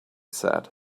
said